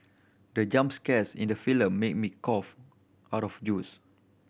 the jump scares in the film made me cough out of juice